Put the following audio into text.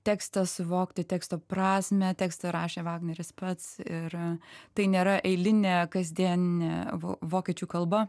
tekstą suvokti teksto prasmę tekstą rašė vagneris pats ir tai nėra eilinė kasdienė vo vokiečių kalba